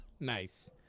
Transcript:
Nice